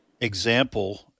example—